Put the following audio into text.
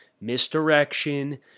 misdirection